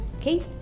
Okay